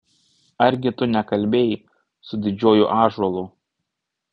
argi tu nekalbėjai su didžiuoju ąžuolu